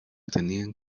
tenían